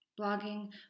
Blogging